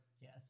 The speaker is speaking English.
yes